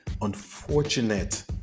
unfortunate